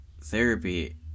therapy